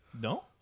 No